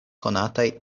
konataj